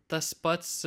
tas pats